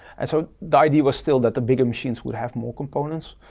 and so the idea was still that the bigger machines would have more components,